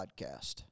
podcast